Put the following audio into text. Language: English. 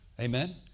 Amen